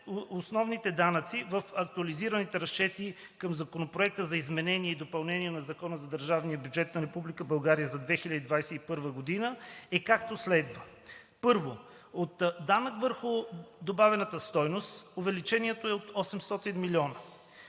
основните данъци в актуализираните разчети към Законопроекта за изменение и допълнение на Закона за държавния бюджет на Република България за 2021 г. е, както следва: 1. от данък върху добавената стойност – увеличението е от 800 милиона;